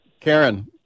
Karen